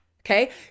Okay